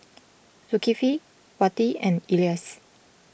Zulkifli Wati and Elyas